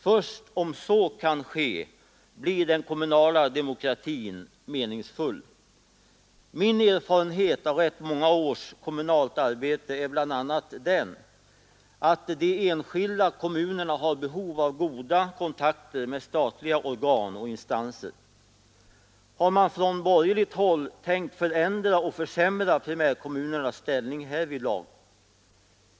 Först om så kan ske blir den kommunala demokratin meningsfull. Min erfarenhet av rätt många års kommunalt arbete är bl.a. att de enskilda kommunerna har behov av goda kontakter med olika statliga organ och instanser. Har man från borgerligt håll tänkt förändra och försämra primärkommunernas ställning härvidlag?